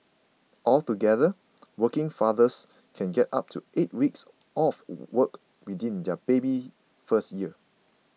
altogether working fathers can get up to eight weeks off work within their baby's first year